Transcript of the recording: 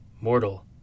Mortal